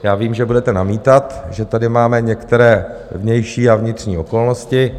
Já vím, že budete namítat, že tady máme některé vnější a vnitřní okolnosti.